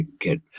get